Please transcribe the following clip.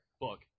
book